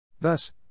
Thus